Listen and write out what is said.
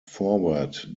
forward